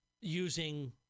using